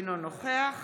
אינו נוכח